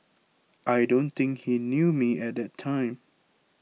I don't think he knew me at that time